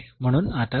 तर तिथे हे फक्त आहे